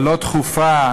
והלא-דחופה,